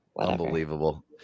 Unbelievable